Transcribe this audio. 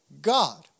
God